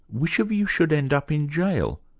which of you should end up in jail?